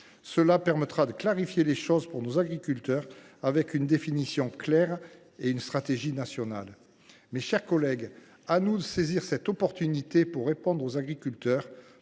Cela permettra de clarifier les choses pour nos agriculteurs, avec une définition claire et une stratégie nationale. Mes chers collègues, à nous de saisir cette occasion pour répondre aux agriculteurs,